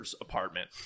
apartment